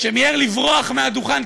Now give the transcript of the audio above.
שמיהר לברוח מהדוכן,